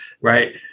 Right